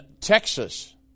Texas